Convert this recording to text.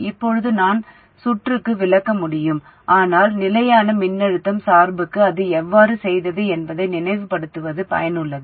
இப்போது நான் சுற்றுக்கு விளக்க முடியும் ஆனால் நிலையான மின்னழுத்தம் சார்புக்கு அது எவ்வாறு செய்தது என்பதை நினைவுபடுத்துவது பயனுள்ளது